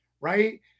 right